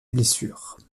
blessures